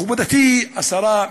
מכובדתי השרה,